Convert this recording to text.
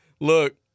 look